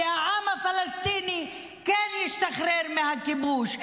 והעם הפלסטיני כן ישתחרר מהכיבוש,